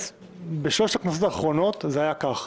בשלוש הכנסות האחרונות זה היה כך,